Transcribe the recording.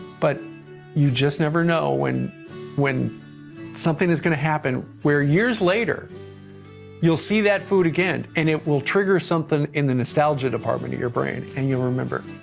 but you just never know when when something is going to happen, where years later you'll see that food again, and it will be trigger something in the nostalgia department of your brain, and you'll remember.